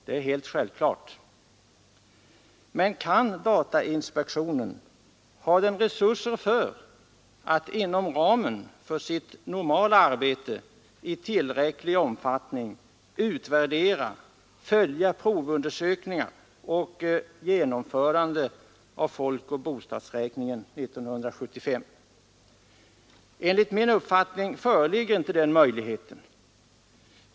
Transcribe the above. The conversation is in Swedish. Det är självklart. Men kan datainspektionen, har den resurser för, att inom ramen av sitt normala arbete i tillräcklig omfattning följa, utvärdera provundersökningen och genomförandet av folkoch bostadsräkningen 1975? Enligt min uppfattning föreligger inte den möjligheten.